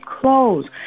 clothes